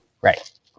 Right